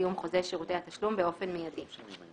סיום חוזה שירותי התשלום באופן מיידי.